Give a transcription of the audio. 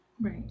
Right